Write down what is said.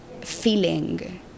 feeling